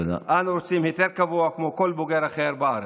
אנו רוצים היתר קבוע כמו כל בוגר אחר בארץ.